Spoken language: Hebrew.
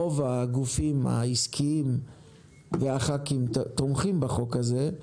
רוב הגופים העסקיים וחברי הכנסת תומכים בחוק הזה,